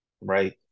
right